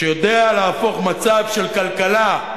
שיודע להפוך מצב של כלכלה,